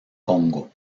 congo